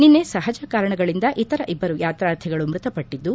ನಿನ್ನೆ ಸಹಜ ಕಾರಣಗಳಿಂದ ಇತರ ಇಬ್ಬರು ಯಾತಾರ್ಥಿಗಳು ಮೃತಪಟ್ಟದ್ದು